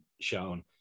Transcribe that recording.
shown